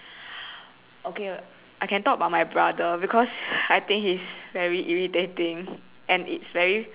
okay I can talk about my brother because I think he is very irritating and it's very